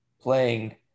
playing